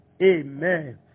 Amen